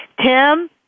Tim